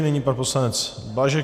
Nyní pan poslanec Blažek.